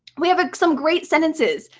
we have some great sentences.